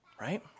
Right